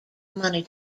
money